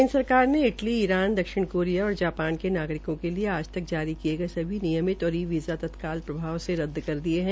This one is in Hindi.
केन्द्र सरकार ने इटली ईरान दक्षिण कोरिया और जापान के नागरिकों के लिए आज तक जारी किये गये सभी नियमित और ई वीज़ा तत्काल प्रभाव से रद्द कर दिये है